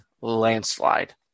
landslide